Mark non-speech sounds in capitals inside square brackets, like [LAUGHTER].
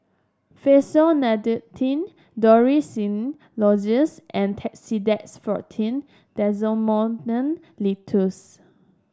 [UNINTELLIGIBLE] Dorithricin Lozenges and Tussidex Forte [UNINTELLIGIBLE] Linctus